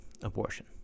abortion